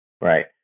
Right